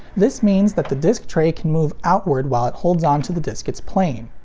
this means that the disc tray can move outward while it holds on to the disc it's playing.